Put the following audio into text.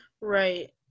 Right